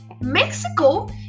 Mexico